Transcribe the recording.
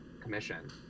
commission